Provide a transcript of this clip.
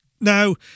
Now